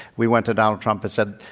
we went to donald trump and said,